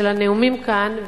של הנאומים כאן,